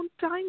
time